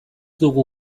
dugu